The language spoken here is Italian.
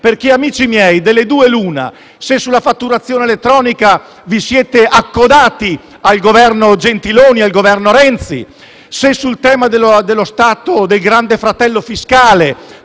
Amici miei, delle due l'una: se sulla fatturazione elettronica vi siete accodati ai Governo Gentiloni Silveri e al Governo Renzi, come sul tema dello Stato quale grande fratello fiscale,